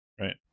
right